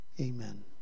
Amen